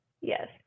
Yes